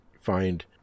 find